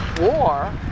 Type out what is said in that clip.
war